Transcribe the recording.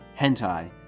hentai